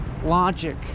logic